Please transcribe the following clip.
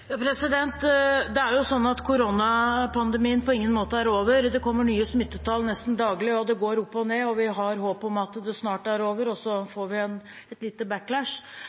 kommer nye smittetall nesten daglig, og det går opp og ned. Vi har håp om at det snart er over, og så får vi en